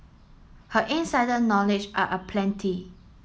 her insider knowledge are aplenty